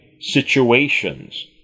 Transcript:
situations